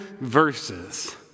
verses